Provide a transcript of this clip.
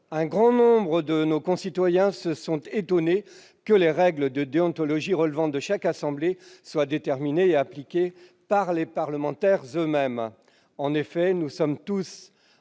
un grand nombre de nos concitoyens se sont étonnés que les règles de déontologie relevant de chaque assemblée soient déterminées et appliquées par les parlementaires eux-mêmes. Nous sommes tous